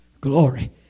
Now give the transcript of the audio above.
Glory